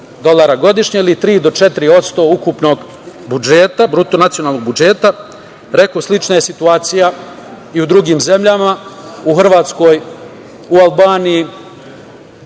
dolara godišnje ili 3% do 4% ukupnog bruto nacionalnog budžeta. Rekoh, slična je situacija i u drugim zemljama, u Hrvatskoj, u Albaniji.